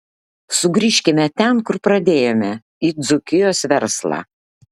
sugrįžkime ten kur pradėjome į dzūkijos verslą